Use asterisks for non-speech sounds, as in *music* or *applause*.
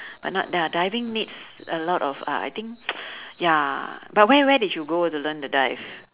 but not di~ diving needs a lot of uh I think *noise* ya but where where did you go to learn the dive